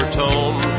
tone